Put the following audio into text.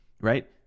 right